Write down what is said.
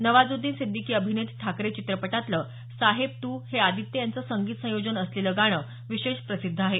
नवाजुद्दिन सिद्धिकी अभिनीत ठाकरे चित्रपटातलं साहेब तू हे आदित्य यांचं संगीत संयोजन असलेलं गाणं विशेष प्रसिद्ध आहे